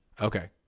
Okay